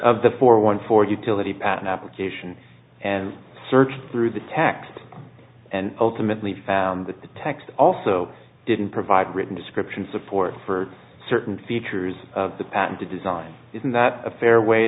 of the four one four utility patent application and searched through the text and ultimately found that the text also didn't provide written description support for certain features of the patent to design isn't that a fair way